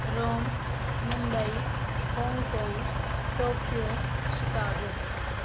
Rome Mumbai Hong Kong Tokyo Chicago